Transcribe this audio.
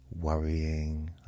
worrying